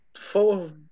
four